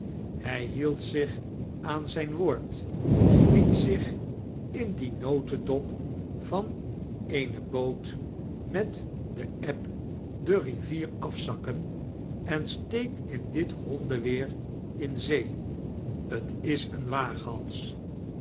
hij hield zich aan zijn woord liet zich in dien notedop van eene boot ohaeles dickens met de eb de rivier afzakken en steekfc in dit hondenweer in zee t is een waaghals